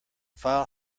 file